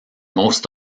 most